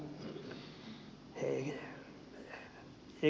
oikein hyvä